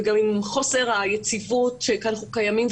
וגם עם חוסר היציבות שקיימת.